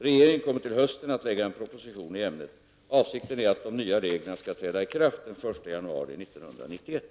Regeringen kommer till hösten att lägga fram en proposition i ämnet. Avsikten är att de nya reglerna skall träda i kraft den 1 januari 1991.